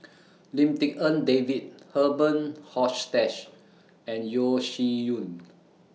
Lim Tik En David Herman Hochstadt and Yeo Shih Yun